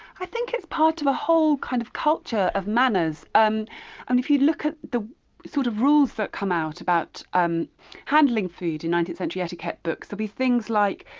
i think it's part of a whole kind of culture of manners. um and if you look at the sort of rules that come out about um handling food in nineteenth century etiquette books, there will be things like,